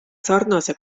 sarnase